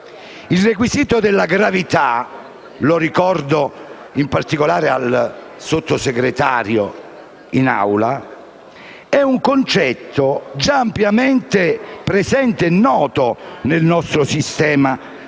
Il requisito della gravità - lo ricordo in particolare al Sottosegretario presente in Aula - è un concetto già ampiamente presente e noto nel nostro sistema penale.